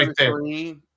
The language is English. Three